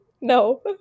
No